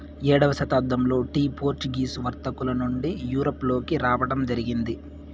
ఏడవ శతాబ్దంలో tea Portuguese వర్తకుల నుండి యూరప్ లోకి రావడం జరిగింది